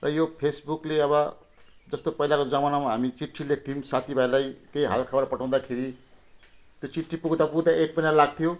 र यो फेसबुकले अब जस्तो पहिलाको जमानामा हामी चिट्ठी लेख्थ्यौँ साथीभाइलाई केही हालखबर पठाउँदाखेरि त्यो चिट्ठी पुग्दापुग्दै एक महिना लाग्थ्यो